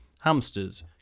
hamsters